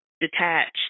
detached